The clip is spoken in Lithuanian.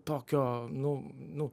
tokio nu nu